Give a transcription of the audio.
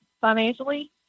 financially